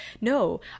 no